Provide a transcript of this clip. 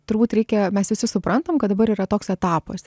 turbūt reikia mes visi suprantam kad dabar yra toks etapas